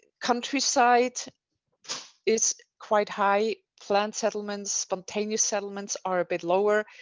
countryside is quite high planned settlements, spontaneous settlements are a bit lower.